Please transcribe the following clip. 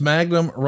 Magnum